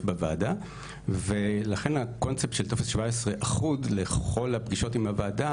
בוועדה ולכן הקונספט של טופס 17 אחוד לכל הפגישות בוועדה.